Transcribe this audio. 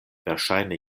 verŝajne